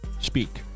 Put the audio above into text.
speak